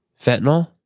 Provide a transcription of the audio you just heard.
fentanyl